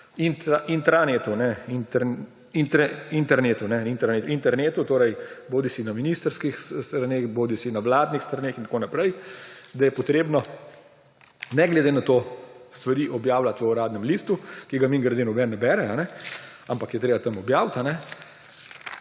neka stvar objavljena na internetu, bodisi na ministrskih straneh, bodisi na vladnih straneh in tako naprej, da je treba ne glede na to stvari objavljati v Uradnem listu, ki ga, mimogrede, nihče ne bere, ampak je treba tam objaviti, ne